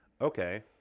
Okay